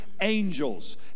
angels